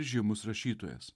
žymus rašytojas